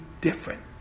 different